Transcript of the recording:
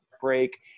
break